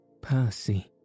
Percy